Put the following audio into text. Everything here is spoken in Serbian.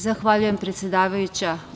Zahvaljujem, predsedavajuća.